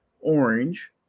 orange